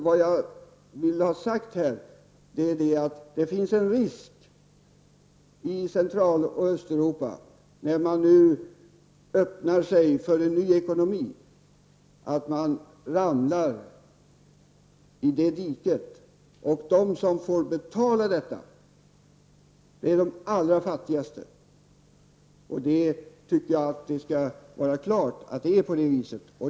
Samma risker finns i Centraloch Östeuropa när man nu öppnar sig för en ny ekonomi, och det är lätt hänt att man ramlar i diket. De som får betala kalaset är de allra fattigaste människorna. Det bör stå klart att det kan bli på det viset.